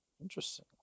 Interesting